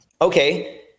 Okay